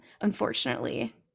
unfortunately